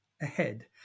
Ahead